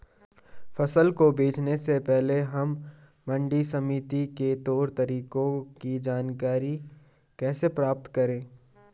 फसल को बेचने से पहले हम मंडी समिति के तौर तरीकों की जानकारी कैसे प्राप्त करें?